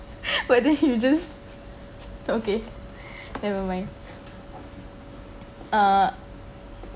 why don’t you just okay nevermind uh